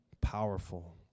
powerful